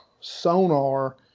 sonar